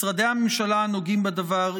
משרדי הממשלה הנוגעים בדבר,